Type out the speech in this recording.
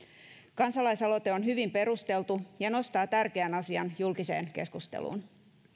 kansalaisaloite on hyvin perusteltu ja nostaa tärkeän asian julkiseen keskusteluun